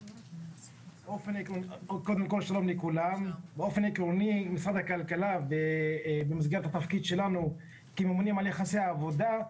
באופן עקרוני משרד הכלכלה במסגרת התפקיד שלנו כממונים על יחסי עבודה,